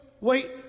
wait